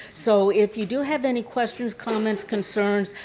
so if you do have any questions, comments, concerns,